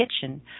kitchen